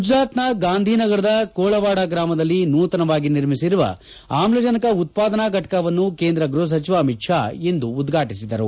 ಗುಜರಾತ್ನ ಗಾಂಧಿನಗರದ ಕೊಳವಾಡ ಗ್ರಾಮದಲ್ಲಿ ನೂತನವಾಗಿ ನಿರ್ಮಿಸಿರುವ ಆಮ್ಲಜನಕ ಉತ್ಪಾದನಾ ಫಟಕವನ್ನು ಕೇಂದ್ರ ಗೃಹ ಸಚಿವ ಅಮಿತ್ ಷಾ ಇಂದು ಉದ್ಘಾಟಿಸಿದರು